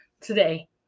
today